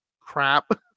crap